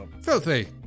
Filthy